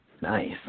Nice